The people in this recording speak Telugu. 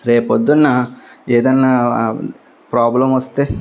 రేపొద్దున్న ఏదైనా ప్రాబ్లం వస్తే